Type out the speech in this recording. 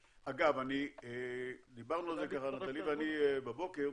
אגב, דיברנו על זה בבוקר,